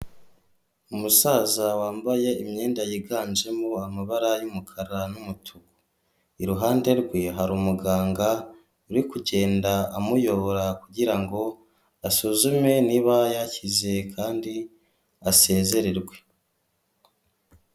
Umusaza wambaye imyenda yiganjemo amabara y'umukara n'umutuku. Iruhande rwe hari umuganga uri kugenda amuyobora kugira ngo asuzume niba yakizeye kandi asezererwe.